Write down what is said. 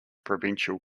provincial